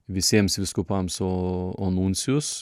visiems vyskupams o o nuncijus